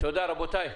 תודה, רבותיי.